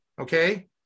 Okay